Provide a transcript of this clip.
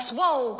Whoa